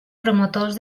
promotors